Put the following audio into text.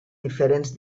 diferents